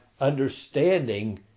understanding